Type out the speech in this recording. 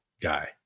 guy